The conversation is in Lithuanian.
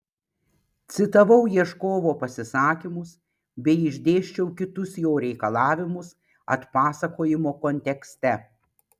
citavau ieškovo pasisakymus bei išdėsčiau kitus jo reikalavimus atpasakojimo kontekste